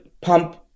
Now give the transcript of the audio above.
pump